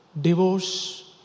divorce